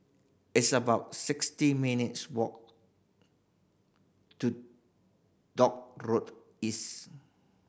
it's about sixty minutes' walk to Dock Road East